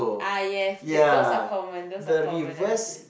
ah yes that those are common those are common I feel